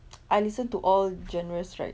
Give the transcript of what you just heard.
I listen to all genres right